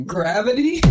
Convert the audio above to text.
Gravity